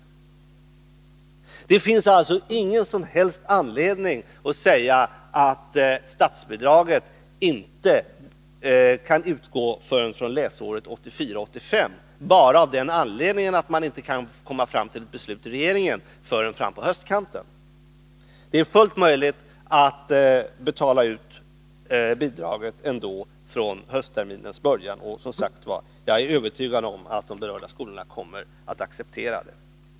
Det finns alltså ingen som helst anledning att säga att statsbidrag inte kan utgå förrän från läsåret 1984/85 — bara därför att man inte kan komma fram till ett beslut i regeringen förrän fram på höstkanten. Det är fullt möjligt att betala ut bidrag ända från höstterminens början. Och jag är som sagt övertygad om att de berörda skolorna kommer att accepera det.